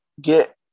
get –